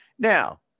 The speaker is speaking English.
Now